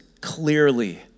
clearly